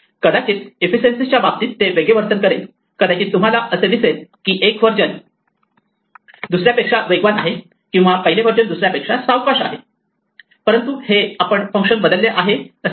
कदाचित इफिसिएंसि च्या बाबतीत ते वेगळे वर्तन करेल कदाचित तुम्हाला असे दिसेल की एक व्हर्जन दुसऱ्यापेक्षा वेगवान आहे किंवा पहिले व्हर्जन दुसऱ्यापेक्षा सावकाश आहे परंतु हे आपण फंक्शन बदलले आहे असे नाही